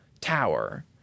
tower